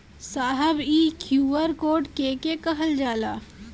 साहब इ QR code के के कहल जाला?